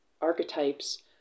archetypes